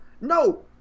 No